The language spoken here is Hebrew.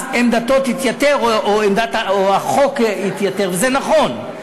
אז עמדתו תתייתר או החוק יתייתר, וזה נכון.